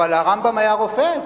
אבל הרמב"ם היה רופא.